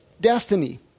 destiny